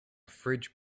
fridge